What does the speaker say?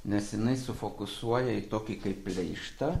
nes jinai sufokusuoja į tokį kaip pleištą